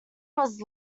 was